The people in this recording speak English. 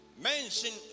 Mention